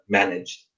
managed